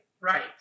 Right